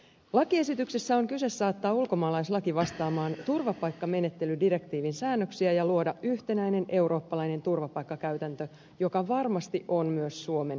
lakiesityksessä on kyse saattaa ulkomaalaislaki vastaamaan turvapaikkamenettelydirektiivin säännöksiä ja luoda yhtenäinen eurooppalainen turvapaikkakäytäntö joka varmasti on myös suomen etu